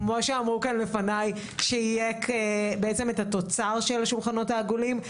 כמו שאמרו כאן לפני שהיא התוצר של השולחנות העגולים.